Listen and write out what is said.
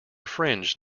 fringe